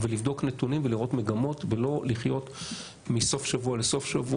לבדוק נתונים ולראות מגמות ולא לחיות מסופשבוע לסופשבוע